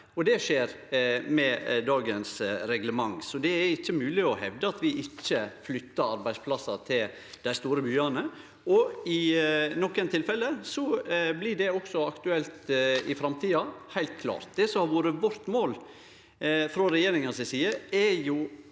det skjer med dagens reglement. Så det er ikkje mogleg å hevde at vi ikkje flyttar arbeidsplassar til dei store byane. Og i nokre tilfelle blir det også aktuelt i framtida, heilt klart. Det som har vore målet frå regjeringa si side, er